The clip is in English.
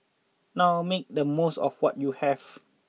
now make the most of what you have